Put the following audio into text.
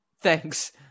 thanks